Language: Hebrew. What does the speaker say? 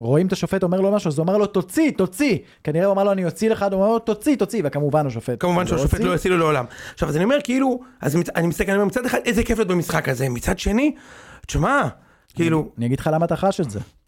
רואים את השופט אומר לו משהו אז הוא אומר לו תוציא תוציא כנראה הוא אמר לו אני אוציא לך דומה הוא תוציא תוציא וכמובן השופט לא יוציא לו לעולם עכשיו אז אני אומר כאילו אז אני מסתכל אני אומר מצד אחד איזה כיף להיות במשחק הזה מצד שני תשמע, כאילו אני אגיד לך למה אתה חש את זה